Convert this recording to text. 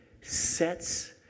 sets